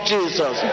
Jesus